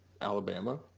Alabama